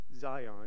Zion